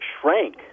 shrank